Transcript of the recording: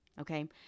Okay